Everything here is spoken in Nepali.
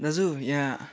दाजु यहाँ